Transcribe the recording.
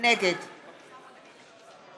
נגד